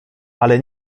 ale